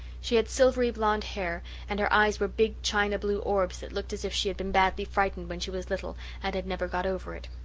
she had silvery blonde hair and her eyes were big china blue orbs that looked as if she had been badly frightened when she was little and had never got over it.